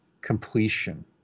completion